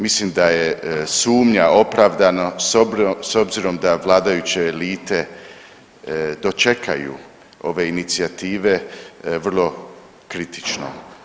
Mislim da je sumnja opravdana s obzirom da vladajuće elite dočekaju ove inicijative vrlo kritično.